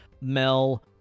Mel